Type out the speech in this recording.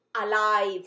alive